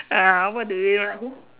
uh what do you write who